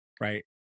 right